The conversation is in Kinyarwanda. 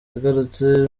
agarutse